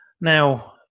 Now